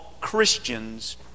Christians